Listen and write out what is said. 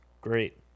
great